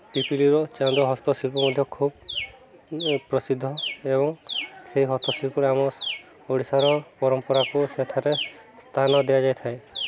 ପିପିିଲିର ଚାନ୍ଦୁଆ ହସ୍ତଶିଳ୍ପ ମଧ୍ୟ ଖୁବ୍ ପ୍ରସିଦ୍ଧ ଏବଂ ସେଇ ହସ୍ତଶିଳ୍ପରେ ଆମ ଓଡ଼ିଶାର ପରମ୍ପରାକୁ ସେଠାରେ ସ୍ଥାନ ଦିଆଯାଇଥାଏ